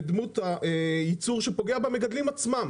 בדמות הייצור שפוגע במגדלים עצמם,